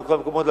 בכל המקומות,